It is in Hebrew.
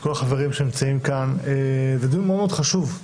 כל החברים שנמצאים כאן, זה דיון מאוד-מאוד חשוב.